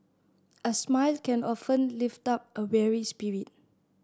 a smile can often lift up a weary spirit